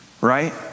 right